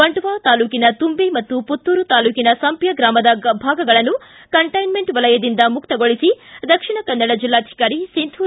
ಬಂಟ್ವಾಳ ತಾಲೂಕಿನ ತುಂಬೆ ಮತ್ತು ಪುತ್ತೂರು ತಾಲೂಕಿನ ಸಂಪ್ಕ ಗ್ರಾಮದ ಭಾಗಗಳನ್ನು ಕಂಟೈನ್ಕೆಂಟ್ ವಲಯದಿಂದ ಮುಕ್ತಗೊಳಿಸಿ ದಕ್ಷಿಣ ಕನ್ನೆ ಜಿಲ್ಲಾಧಿಕಾರಿ ಸಿಂಧೂ ಬಿ